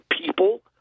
people